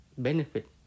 benefit